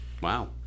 Wow